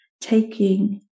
taking